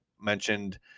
mentioned